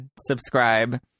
subscribe